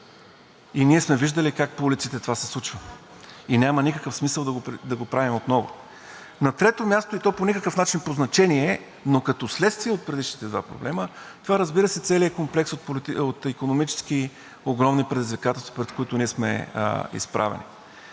и ние сме виждали как по улиците това се случва, и няма никакъв смисъл това да го правим отново. На трето място, и то по никакъв начин по значение, но като следствие от предишните два проблема, това, разбира се, е целият комплекс от икономически огромни предизвикателства, пред които ние сме изправени.